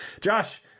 Josh